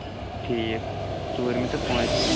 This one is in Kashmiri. ٹھیٖک ژوٗرمہِ تہٕ پوٗنژمہِ